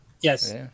yes